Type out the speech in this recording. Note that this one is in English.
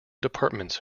departments